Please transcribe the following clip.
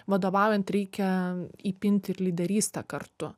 vadovaujant reikia įpinti ir lyderystę kartu